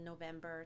November